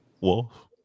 Wolf